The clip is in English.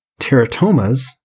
Teratomas